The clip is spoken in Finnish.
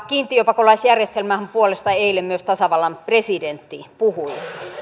kiintiöpakolaisjärjestelmän puolesta eilen myös tasavallan presidentti puhui